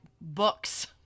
books